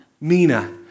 Mina